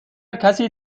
کسی